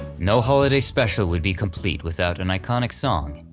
no holiday special would be complete without an iconic song,